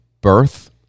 birth